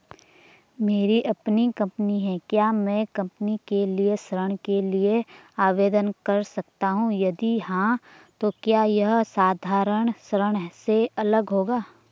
मेरी अपनी कंपनी है क्या मैं कंपनी के लिए ऋण के लिए आवेदन कर सकता हूँ यदि हाँ तो क्या यह साधारण ऋण से अलग होगा?